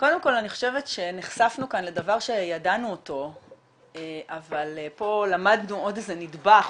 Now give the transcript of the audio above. קודם כל אני חושבת שנחשפנו כאן לדבר שידענו אותו אבל פה למדנו עוד נדבך,